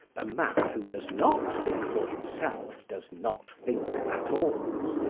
a man who does not think for himself does not think at all.